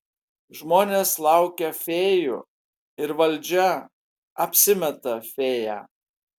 žmonės laukia fėjų ir valdžia apsimeta fėja